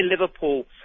Liverpool